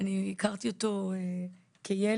אני הכרתי אותו כילד.